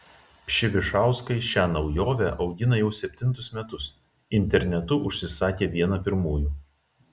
pšibišauskai šią naujovę augina jau septintus metus internetu užsisakė vieną pirmųjų